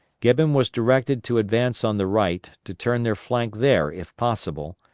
gibbon was directed to advance on the right to turn their flank there if possible,